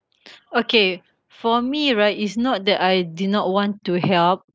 okay for me right it's not that I did not want to help